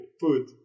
food